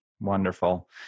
Wonderful